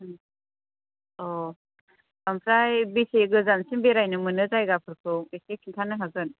अ ओमफ्राय बेसे गोजानसिम बेरायनो मोनो जायगाफोरखौ एसे खिन्थानो हागोन